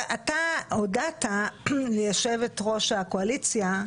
אתה הודעת ליושבת-ראש הקואליציה,